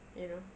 you know